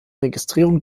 registrierung